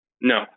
No